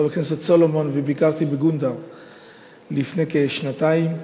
חבר הכנסת סולומון, וביקרתי בגונדר לפני כשנתיים.